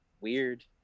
weird